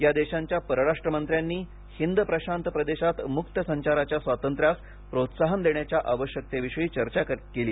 या देशांच्या परराष्ट्रमंत्र्यांनी हिंद प्रशांत प्रदेशात मृक्त संचाराच्या स्वातंत्र्यास प्रोत्साहन देण्याच्या आवश्यकतेविषयी चर्चा करण्यात आली